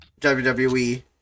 WWE